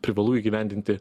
privalu įgyvendinti